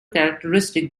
characteristic